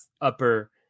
upper